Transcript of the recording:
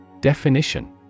Definition